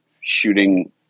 shooting